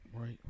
Right